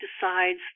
decides